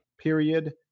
period